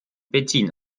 benzin